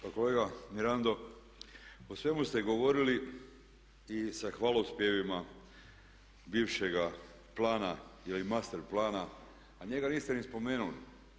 Pa kolega Mirando, o svemu ste govorili i sa hvalospjevima bivšega plana ili master plana a njega niste ni spomenuli.